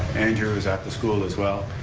andrew is at the school as well,